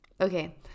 okay